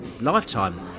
lifetime